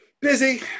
Busy